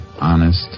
honest